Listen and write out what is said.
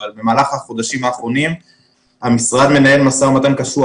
אבל במהלך החודשים האחרונים המשרד מנהל משא ומתן קשוח